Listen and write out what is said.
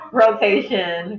rotation